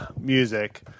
music